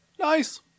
Nice